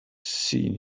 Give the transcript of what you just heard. seen